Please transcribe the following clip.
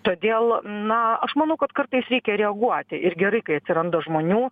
todėl na aš manau kad kartais reikia reaguoti ir gerai kai atsiranda žmonių